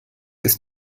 ist